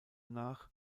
nach